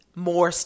More